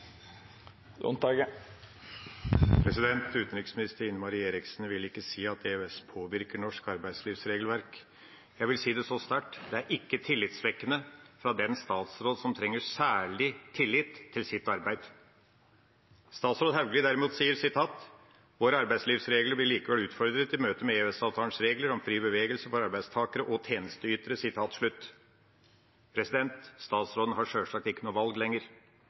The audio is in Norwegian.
Norge. Utenriksminister Ine M. Eriksen Søreide ville ikke si at EØS påvirker det norske arbeidslivsregelverket. Jeg vil si det så sterkt: Det er ikke tillitvekkende, fra den ministeren som særlig trenger tillit til sitt arbeid. Statsråd Hauglie derimot sa: «Våre arbeidslivsregler blir likevel utfordret i møte med EØS-avtalens regler om fri bevegelse for arbeidstakere og tjenesteytere.» Statsråden har sjølsagt ikke noe valg lenger.